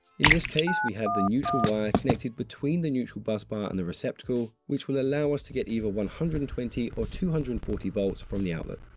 in this case, we have the neutral wire connected between the neutral bus bar and the receptacle which will allow us to get either one hundred and twenty or two hundred and forty volts from the outlet.